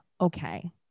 Okay